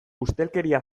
ustelkeria